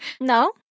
No